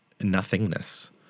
nothingness